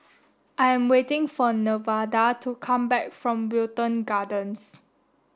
I am waiting for Nevada to come back from Wilton Gardens